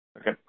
Okay